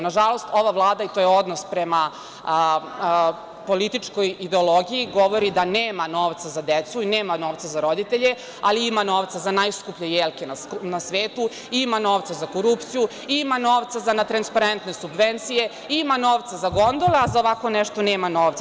Na žalost, ova Vlada i to je odnos prema političkoj ideologiji, i govori da nema novca za decu, nema novca za roditelje, a ima novca za najskuplje jelke na svetu, ima novca za korupciju, ima novca za netransparentne subvencije, ima novca za gondole, a za ovako nešto nema novca.